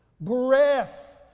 breath